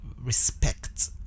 respect